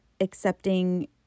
accepting